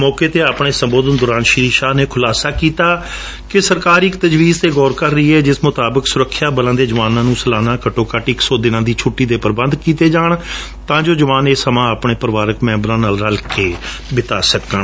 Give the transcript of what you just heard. ਮੌਕੇ ਤੇ ਆਪਣੇ ਸੰਬੋਧਨ ਦੌਰਾਨ ਸ਼੍ਰੀ ਸ਼ਾਹ ਨੇ ਖੁਲਾਸਾ ਕੀਤਾ ਕਿ ਸਰਕਾਰ ਇਕ ਤਜਵੀਜ ਤੇ ਗੌਰ ਕਰ ਰਹੀ ਹੈ ਜਿਸ ਮੁਤਾਬਕ ਸੁਰੱਖਿਆ ਬਲਾਂ ਦੇ ਜਵਾਨਾਂ ਨੂੰ ਸਲਾਨਾ ਘੱਟੋ ਘੱਟ ਇਕ ਸੌ ਦਿਨਾਂ ਦੀ ਛੁੱਟੀ ਦੇ ਪ੍ਰਬੰਧ ਕੀਤੇ ਜਾਣ ਤਾਂ ਜੋ ਜਵਾਨ ਇਹ ਸਮਾਂ ਆਪਣੇ ਪਰਿਵਾਰਕ ਮੈਂਬਰਾਂ ਨਾਲ ਰਲ ਮਿਲ ਕੇ ਬਿਤਾ ਸਕਣ